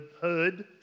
Hood